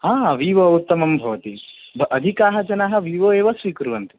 आ वीवो उत्तमं भवति अधिकाः जनाः वीवो एव स्वीकुर्वन्ति